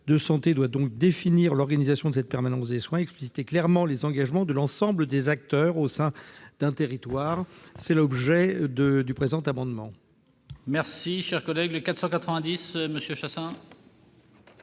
de santé doit donc définir l'organisation de cette permanence des soins et expliciter clairement les engagements de l'ensemble des acteurs au sein d'un territoire. L'amendement